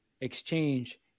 exchange